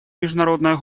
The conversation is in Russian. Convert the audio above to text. международное